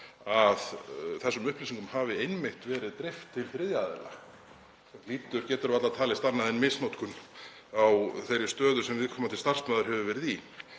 að þessum upplýsingum hafi einmitt verið dreift til þriðja aðila sem getur varla talist annað en misnotkun á þeirri stöðu sem viðkomandi starfsmaður hefur verið í.